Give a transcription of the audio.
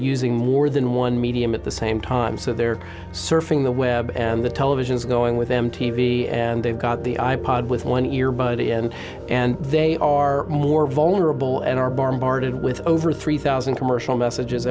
using more than one medium at the same time so they're surfing the web and the television is going with m t v and they've got the i pod with one ear buddy and and they are more vulnerable and are bombarded with over three thousand commercial messages